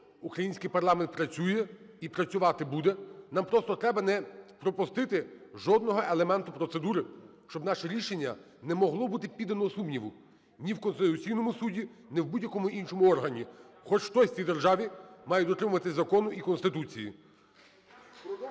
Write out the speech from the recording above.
Український парламент працює і працювати буде. Нам просто треба не пропустити жодного елементу процедури, щоб наше рішення не могло бути піддано сумніву ні в Конституційному Суді, ні в будь-якому іншому органі. Хоч хтось в цій державі має дотримуватись закону і Конституції.